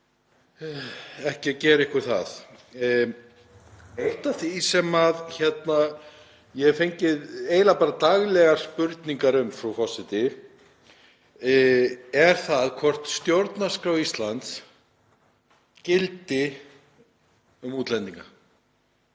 ekki að gera ykkur það. Eitt af því sem ég hef fengið eiginlega daglegar spurningar um, frú forseti, er það hvort stjórnarskrá Íslands gildi um útlendinga.